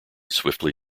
swiftly